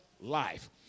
life